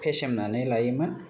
फेसेमनानै लायोमोन